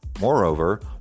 Moreover